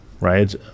right